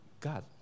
God